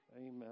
Amen